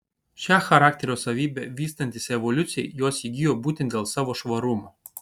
šią charakterio savybę vystantis evoliucijai jos įgijo būtent dėl savo švarumo